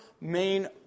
main